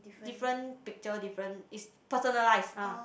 different picture different is personalized ah